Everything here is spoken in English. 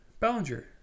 Bellinger